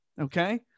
Okay